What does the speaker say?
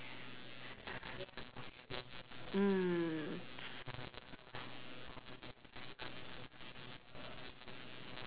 mm